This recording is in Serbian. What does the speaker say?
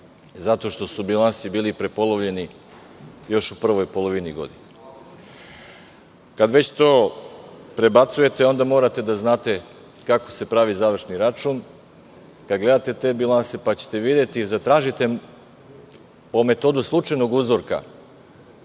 zato što su bilansi bili prepolovljeni još u prvoj polovini godine. Kada već to prebacujete, onda morate da znate kako se pravi završni račun, kad gledate te bilanse, pa ćete videti i zatražite po metodu slučajnog uzorka